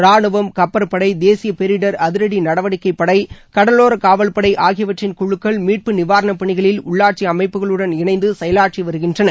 ராணுவம் கப்பற்படை தேசிய பேரிடர் அதிரடி நடவடிக்கை படை கடலோர காவல்படை ஆகியவற்றின் குழுக்கள் மீட்பு நிவாரண பணிகளில் உள்ளாட்சி அமைப்புகளுடன் இணைந்து செயலாற்றி வருகின்றன